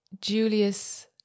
Julius